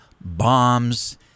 bombs